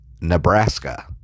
Nebraska